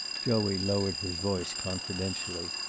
joey lowered his voice confidentially.